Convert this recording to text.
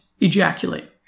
ejaculate